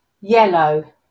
Yellow